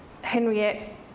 Henriette